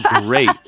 great